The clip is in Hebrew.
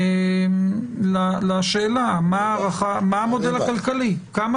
מה המודל הכלכלי כמה